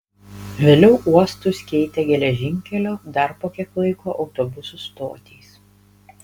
vėliau uostus keitė geležinkelio dar po kiek laiko autobusų stotys